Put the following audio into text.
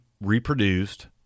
reproduced